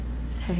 say